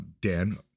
Dan